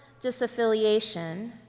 disaffiliation